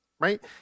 right